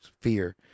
fear